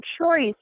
choice